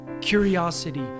curiosity